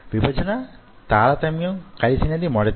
విభజన తారతమ్యం కలిసినది మొదటిది